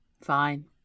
Fine